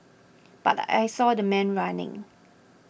but I saw the man running